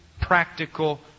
practical